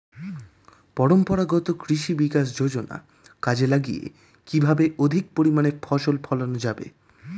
পরম্পরাগত কৃষি বিকাশ যোজনা কাজে লাগিয়ে কিভাবে অধিক পরিমাণে ফসল ফলানো যাবে?